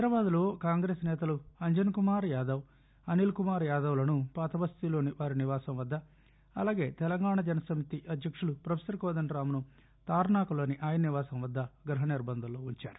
హైదరాబాదులో కాంగ్రెస్ నేతలు అంజన్కుమార్ యాదవ్ అనిల్ కుమార్ యాదవ్లను పాతబస్తీలోని వారి నివాసం వద్ద అలాగే తెలంగాణ జన సమితి అధ్యకులు ప్రొఫెసర్ కోదండ రాంను తార్నా కలోని ఆయన నివాసం వద్ద గృహ నిర్బంధంలో ఉంచారు